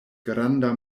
granda